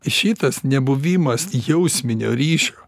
šitas nebuvimas jausminio ryšio